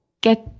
get